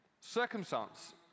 circumstance